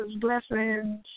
blessings